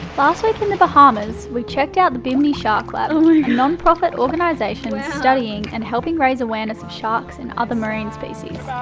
last week in the bahamas we checked out the bimney shark lab a non profit organisation studying, and helping raise awareness of sharks, and other marine species.